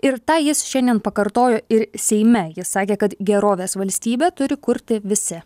ir tą jis šiandien pakartojo ir seime jis sakė kad gerovės valstybę turi kurti visi